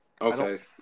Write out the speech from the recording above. Okay